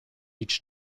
each